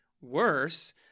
worse